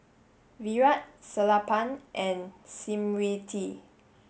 Virat Sellapan and Smriti